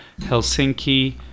Helsinki